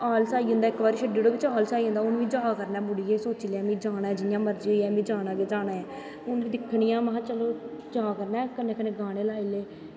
ईलस आईजंदा इक बारी छड्डी ओड़ेआ आलस आई जंदा ऐ हून में जा करनां ऐ में जाना ऐ जियां मर्जी होई जाए में जानां गै जाना ऐ हून दिक्खनी आं महां चलो जा करनां ऐ कन्नैं कन्नैं गानें लाई ले